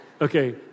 Okay